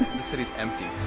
the city's empty.